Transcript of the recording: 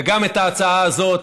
וגם את ההצעה הזאת